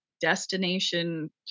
Destination